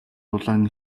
дулаан